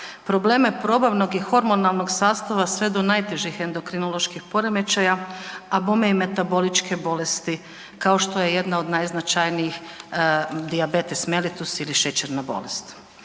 Probleme probavnog i hormonalnog sastava sve do najtežih endokrinoloških poremećaja, a bome i metaboličke bolesti kao što je jedna od najznačajnijih dijabetes melitus ili šećerna bolest.